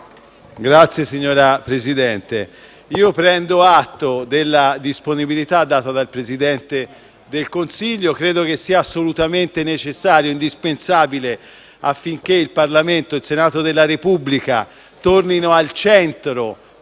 *(PD)*. Signor Presidente, prendo atto della disponibilità data dal Presidente del Consiglio: credo che sia assolutamente necessario e indispensabile, affinché il Parlamento e il Senato della Repubblica tornino al centro